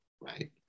right